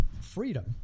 freedom